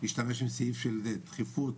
להשתמש עם סעיף של דחיפות,